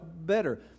better